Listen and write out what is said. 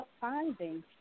finding